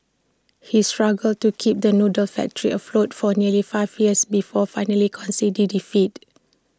he struggled to keep the noodle factory afloat for nearly five years before finally conceding defeat